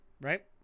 right